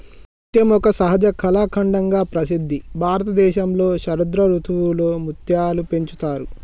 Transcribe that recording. ముత్యం ఒక సహజ కళాఖండంగా ప్రసిద్ధి భారతదేశంలో శరదృతువులో ముత్యాలు పెంచుతారు